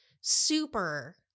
super